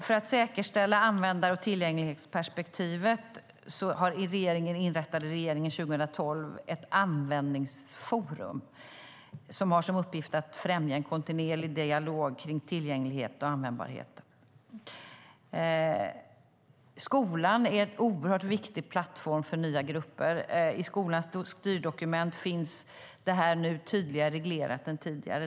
För att säkerställa användar och tillgänglighetsperspektivet inrättade regeringen 2012 ett användningsforum som har som uppgift att främja en kontinuerlig dialog kring tillgänglighet och användbarhet. Skolan är en oerhört viktig plattform för nya grupper. I skolans styrdokument finns det här nu tydligare reglerat än tidigare.